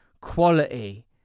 quality